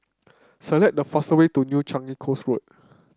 select the fastest way to New Changi Coast Road